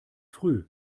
früh